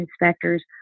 inspectors